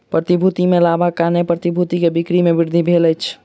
प्रतिभूति में लाभक कारण प्रतिभूति के बिक्री में वृद्धि भेल अछि